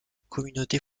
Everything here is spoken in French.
communauté